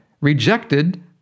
rejected